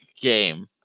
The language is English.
game